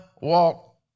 walk